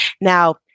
Now